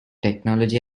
technology